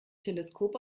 teleskop